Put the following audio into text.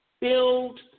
build